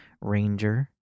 ranger